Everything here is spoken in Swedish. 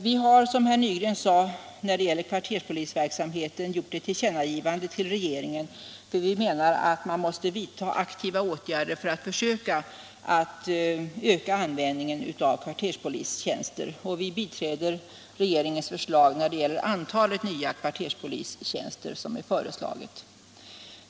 Vi har, som herr Nygren sade, när det gäller kvarterspolisverksamheten gjort ett tillkännagivande för regeringen, för vi menar att man måste vidta aktiva åtgärder för att försöka öka användningen av kvarterspolistjänster. Vi biträder regeringens förslag när det gäller antalet nya kvarterspolistjänster.